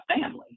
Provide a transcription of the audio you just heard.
family